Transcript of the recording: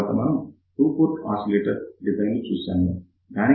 తర్వాత మనం two port oscillator design చూసాము